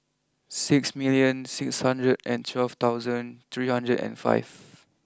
six million six hundred and twelve thousand three hundred and five